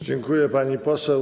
Dziękuję, pani poseł.